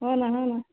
हो ना हो ना